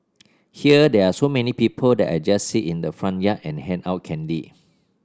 here there are so many people that I just sit in the front yard and hand out candy